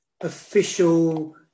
official